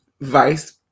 vice